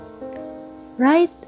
Right